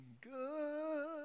good